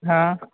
हँ